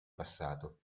passato